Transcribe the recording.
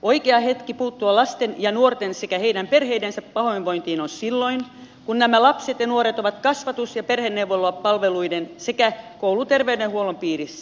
oikea hetki puuttua lasten ja nuorten sekä heidän perheidensä pahoinvointiin on silloin kun nämä lapset ja nuoret ovat kasvatus ja perheneuvolapalveluiden sekä kouluterveydenhuollon piirissä